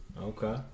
Okay